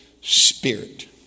spirit